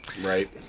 right